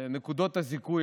נקודות הזיכוי,